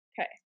Okay